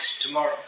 tomorrow